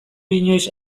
inoiz